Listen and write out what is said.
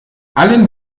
allen